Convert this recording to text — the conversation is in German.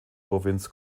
provinz